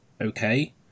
okay